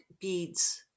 beads